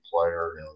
player